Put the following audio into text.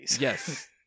Yes